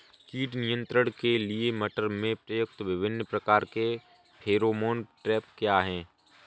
कीट नियंत्रण के लिए मटर में प्रयुक्त विभिन्न प्रकार के फेरोमोन ट्रैप क्या है?